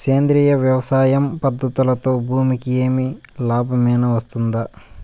సేంద్రియ వ్యవసాయం పద్ధతులలో భూమికి ఏమి లాభమేనా వస్తుంది?